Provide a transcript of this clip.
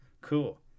Cool